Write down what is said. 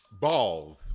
Balls